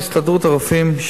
הסתדרות הרופאים,